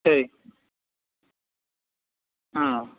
சரி ஆ